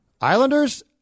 Islanders